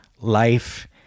life